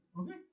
Okay